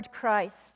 Christ